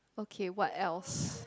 okay what else